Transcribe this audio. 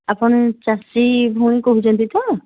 ଆପଣ ଚାଷୀ ଭଉଣୀ କହୁଛନ୍ତି ତ